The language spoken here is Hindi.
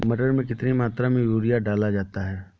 मटर में कितनी मात्रा में यूरिया डाला जाता है?